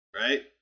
right